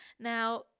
Now